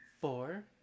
Four